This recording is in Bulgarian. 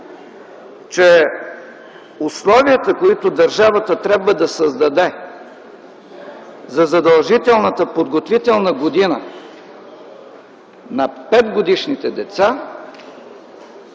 че условията, които държавата трябва да създаде за задължителната подготвителна година на 5-годишните деца,